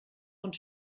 und